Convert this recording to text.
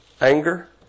anger